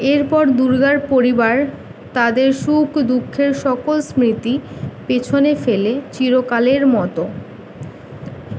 এরপর দুর্গার পরিবার তাদের সুখ দুঃখের সকল স্মৃতি পেছনে ফেলে চিরকালের মতো